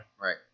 Right